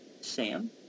Sam